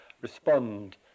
respond